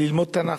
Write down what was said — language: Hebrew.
ללמוד תנ"ך,